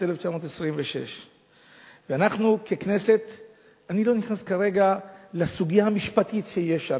1926. אני לא נכנס כרגע לסוגיה המשפטית שיש שם.